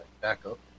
backup